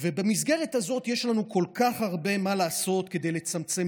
ובמסגרת הזאת יש לנו כל כך הרבה מה לעשות כדי לצמצם